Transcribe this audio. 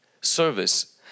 service